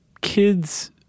kids